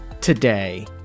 today